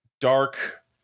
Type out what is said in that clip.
Dark